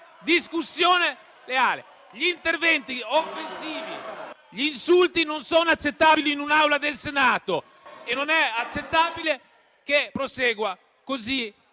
discussione leale. Gli interventi offensivi e gli insulti non sono accettabili in un'Aula del Senato e non è accettabile che proseguano così